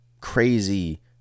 crazy